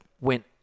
went